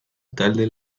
talde